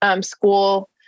school